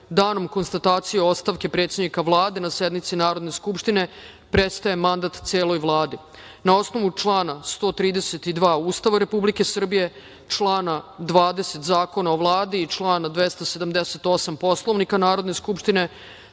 danom konstatacije ostavke predsednika Vlade na sednici Narodne skupštine prestaje mandat celoj Vladi. Na osnovu člana 132. Ustava Republike Srbije, člana 20. Zakona o Vladi i člana 278. Poslovnika Narodne skupštine,